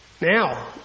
Now